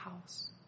house